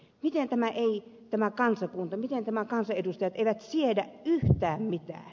miten tämä kansakunta ja kansanedustajat eivät siedä tyhmä lämmittää ja